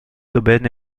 d’aubaine